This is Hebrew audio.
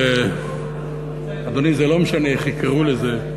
זה לא משנה איך יקראו לזה.